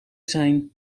zijn